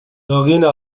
arena